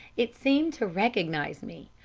it seemed to recognize me,